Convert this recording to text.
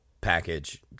package